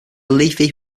leafy